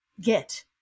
get